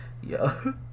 Yo